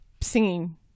singing